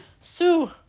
Sue